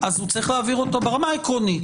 הוא צריך להעביר אותו ברמה העקרונית,